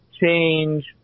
change